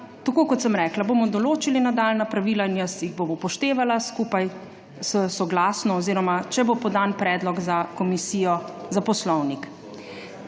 Tako kot sem rekla, bomo določili nadaljnja pravila in jaz jih bom upoštevala, skupaj soglasno oziroma če bo podan predlog za Komisijo za Poslovnik.